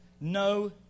no